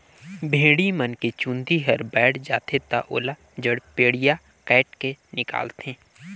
भेड़ी मन के चूंदी हर बायड जाथे त ओला जड़पेडिया कायट के निकालथे